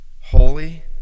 holy